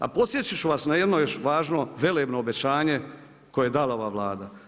A podsjetit ću vas na jedno još važno velebno obećanje koje je dala ova Vlada.